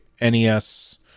NES